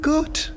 Good